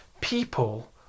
people